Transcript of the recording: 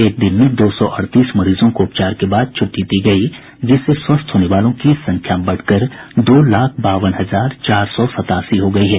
एक दिन में दो सौ अड़तीस मरीजों को उपचार के बाद छुट्टी दी गई जिससे स्वस्थ होने वालों की संख्या बढ़कर दो लाख बावन हजार चार सौ सत्तासी हो गई है